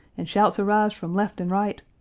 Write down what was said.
and shouts arise from left and right,